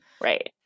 right